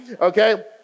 okay